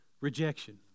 rejection